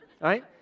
Right